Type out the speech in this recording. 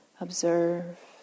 Observe